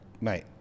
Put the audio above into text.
Mate